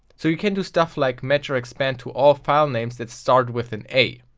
so you can do stuff like match or expand to all filenames that start with and a.